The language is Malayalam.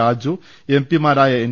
രാ ജു എംപിമാരായ എൻ